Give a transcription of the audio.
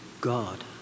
God